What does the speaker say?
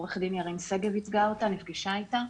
עורך דין ירין שגב ייצגה אותה, נפגשה איתה.